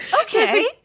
Okay